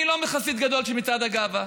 אני לא חסיד גדול של מצעד הגאווה.